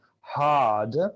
hard